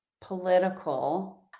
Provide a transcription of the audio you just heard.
political